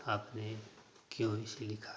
आपने क्यों इसे लिखा